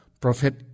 Prophet